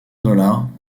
dollars